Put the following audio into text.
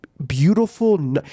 beautiful